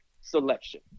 selection